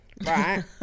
Right